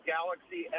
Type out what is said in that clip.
Galaxy